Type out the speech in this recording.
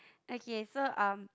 okay so um